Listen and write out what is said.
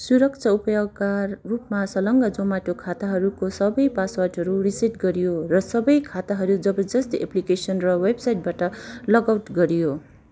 सुरक्षा उपायका रूपमा संलग्न जोमाटो खाताहरूको सबै पासवर्डहरू रिसेट गरियो र सबै खाताहरू जबरजस्ती एप्लिकेसन र वेबसाइटबाट लग आउट गरियो